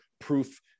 proof